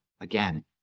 again